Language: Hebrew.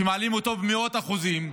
שמעלים במאות אחוזים,